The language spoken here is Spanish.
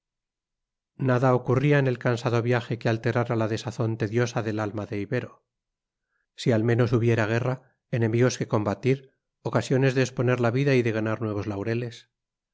nada ocurría en el cansado viaje que alterara la desazón tediosa del alma de ibero si al menos hubiera guerra enemigos que combatir ocasiones de exponer la vida y de ganar nuevos laureles